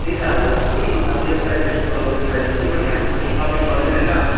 त्यही त अब कुन अब यसपालि फेस्टिबल आउँछ दिवाली के गर्ने अब के सपिङ गरिदिने होइन